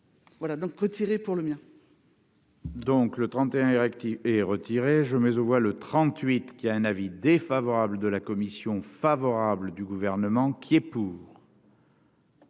voilà donc retiré pour le mien. Donc le 31 et retiré je mais on voit le 38 qui a un avis défavorable de la commission favorable du gouvernement qui est pour.